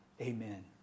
Amen